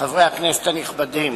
חברי הכנסת הנכבדים,